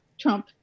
Trump